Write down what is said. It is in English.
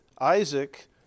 Isaac